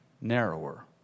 narrower